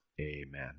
Amen